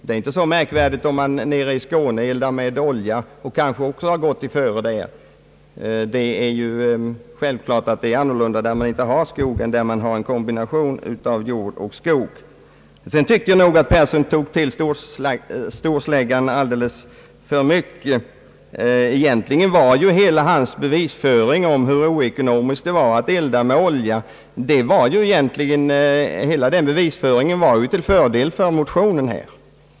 Det är kanske inte så märkvärdigt om man i Skåne eldar med olja och rent av gått före med sådan eldning där. Självklart är det annorlunda om man har en kombination av jord och skog. Sedan tycker jag att herr Persson tog till storsläggan alldeles för mycket. Hans bevisföring hur oekonomiskt det var att elda med ved var ju närmast till fördel för motionens syfte.